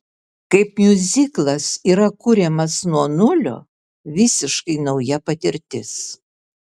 kaip miuziklas yra kuriamas nuo nulio visiškai nauja patirtis